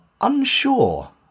unsure